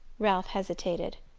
ralph hesitated.